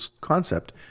concept